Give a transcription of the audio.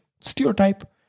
stereotype